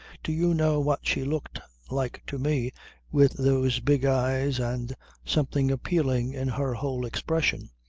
do you know what she looked like to me with those big eyes and something appealing in her whole expression.